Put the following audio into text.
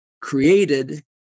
created